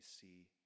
see